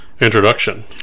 introduction